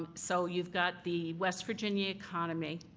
ah so you've got the west virginia economy.